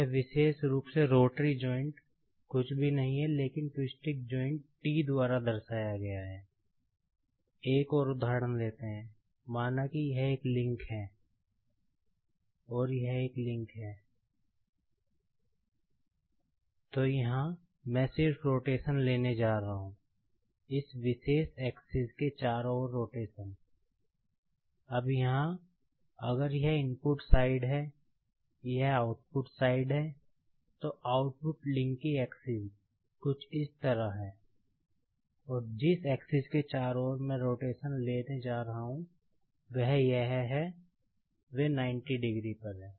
तो यह विशेष रूप से रोटरी जॉइंट् कुछ भी नहीं है लेकिन ट्विस्टिंग जॉइंट् के चारों ओर मैं रोटेशन ले रहा हूं वह यह है वे 90 डिग्री पर हैं